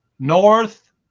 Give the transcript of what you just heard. North